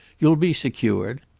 you'll be secured!